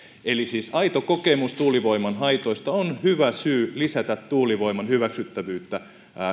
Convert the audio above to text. eli siis aito kokemus tuulivoiman haitoista on hyvä syy lisätä tuulivoiman hyväksyttävyyttä